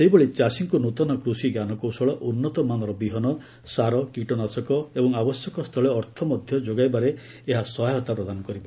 ସେହିଭଳି ଚାଷୀଙ୍କୁ ନୂତନ କୃଷି ଜ୍ଞାନକୌଶଳ ଉନ୍ନତମାନର ବିହନ ସାର କୀଟନାଶକ ଏବଂ ଆବଶ୍ୟକ ସ୍ଥଳେ ଅର୍ଥ ମଧ୍ୟ ଯୋଗାଇବାରେ ଏହା ସହାୟତା ପ୍ରଦାନ କରିବ